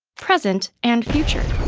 present, and future.